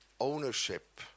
ownership